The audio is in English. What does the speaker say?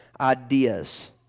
ideas